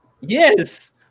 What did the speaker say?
Yes